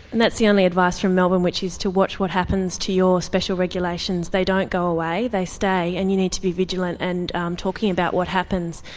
and that's the only advice for melbourne, which is to watch what happens to your special regulations. they don't go away, they stay, and you need to be vigilant and um talking about what happens.